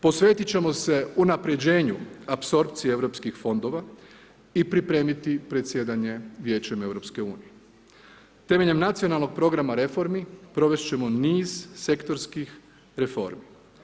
Posvetiti ćemo se unaprijeđenu apsorpcije europskih fondova i pripremiti predsjedanje Vijećem EU, temeljem nacionalnog programa reformi, provesti ćemo niz sektorskih reformi.